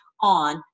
on